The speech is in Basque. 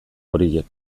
horiek